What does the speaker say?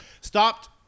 Stopped